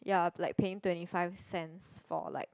ya like paying twenty five cents for like